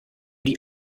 die